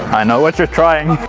i know what you're trying!